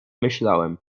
myślałem